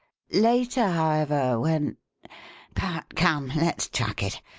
later, however, when but come, let's chuck it!